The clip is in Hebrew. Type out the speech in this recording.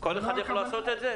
כל אחד יכול לעשות את זה?